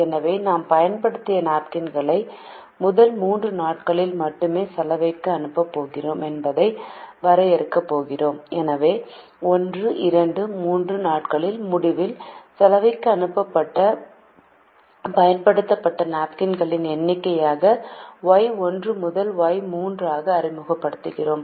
எனவே நாம் பயன்படுத்திய நாப்கின்களை முதல் 3 நாட்களில் மட்டுமே சலவைக்கு அனுப்பப் போகிறோம் என்பதை வரையறுக்கப் போகிறோம் எனவே 1 23 நாட்களின் முடிவில் சலவைக்கு அனுப்பப்பட்ட பயன்படுத்தப்பட்ட நாப்கின்களின் எண்ணிக்கையாக Y1 முதல் Y3 ஆக அறிமுகப்படுத்துகிறோம்